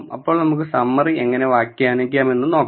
അപ്പോൾ നമുക്ക് സമ്മറി എങ്ങനെ വ്യാഖ്യാനിക്കാമെന്ന് നോക്കാം